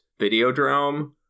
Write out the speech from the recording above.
Videodrome